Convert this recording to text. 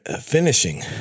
finishing